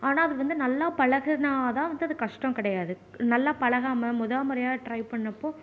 ஆனால் அது வந்து நல்லா பழகினா தான் வந்து அது கஷ்டம் கிடையாது நல்லா பழகாமல் முதல் முறையாக ட்ரை பண்ணப்போ